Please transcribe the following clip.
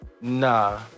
Nah